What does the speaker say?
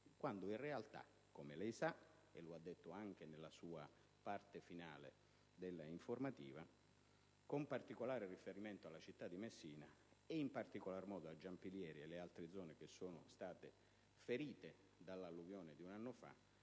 quando in realtà (come lei sa, e lo ha detto anche nella parte finale della sua informativa), con riferimento alla città di Messina, e in particolar modo a Giampilieri e nelle altre zone che sono state ferite dall'alluvione di un anno fa,